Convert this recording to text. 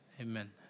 Amen